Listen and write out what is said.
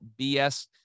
BS